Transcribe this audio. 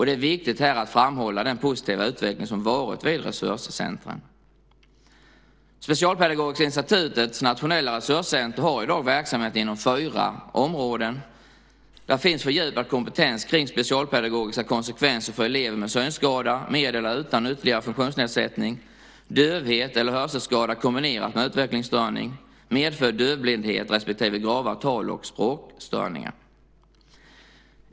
Det är viktigt att framhålla den positiva utveckling som varit vid resurscentrumen. Specialpedagogiska institutets nationella resurscentrum har i dag verksamhet inom fyra områden. Där finns fördjupad kompetens kring specialpedagogiska konsekvenser för elever med synskada med eller utan ytterligare funktionsnedsättning, dövhet eller hörselskada kombinerat med utvecklingsstörning, medfödd dövblindhet respektive grava tal och språkstörningar.